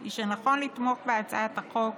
היא שנכון לתמוך בהצעת החוק